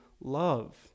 love